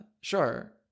sure